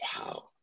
Wow